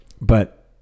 But-